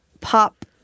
pop